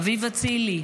אביב אצילי,